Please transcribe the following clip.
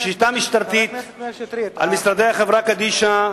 פשיטה משטרתית על משרדי חברה קדישא,